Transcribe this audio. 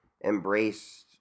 embrace